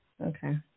Okay